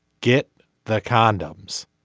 get the condoms